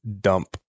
dump